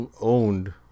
owned